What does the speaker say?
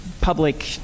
public